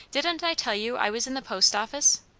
didn't i tell you i was in the post office?